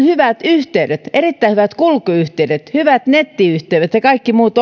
hyvät yhteydet erittäin hyvät kulkuyhteydet hyvät nettiyhteydet ja kaikki muut